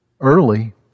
early